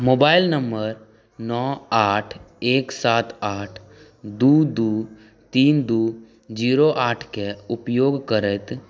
mobile number नओ आठ एक सात आठ दुइ दुइ तीन दुइ जीरो आठके उपयोग करैत